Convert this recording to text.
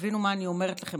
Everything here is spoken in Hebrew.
תבינו מה אני אומרת לכם,